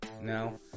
No